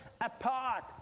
apart